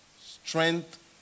strength